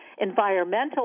environmental